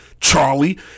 Charlie